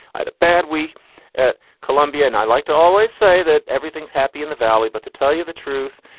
i had a bad week at columbia, and i like to always say that everything's happy in the valley. but to tell you the truth,